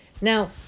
Now